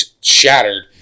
shattered